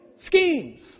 schemes